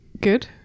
Good